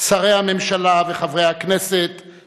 שרי הממשלה וחברי